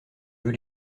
veux